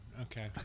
Okay